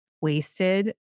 wasted